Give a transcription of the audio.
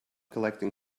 collecting